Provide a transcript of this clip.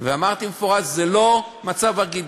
ואמרתי במפורש, זה לא מצב רגיל.